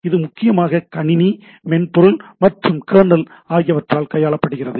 இது முக்கியமாக கணினி மென்பொருள் மற்றும் கெர்னல் ஆகியவற்றால் கையாளப்படுகிறது